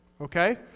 okay